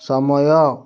ସମୟ